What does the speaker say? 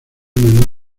una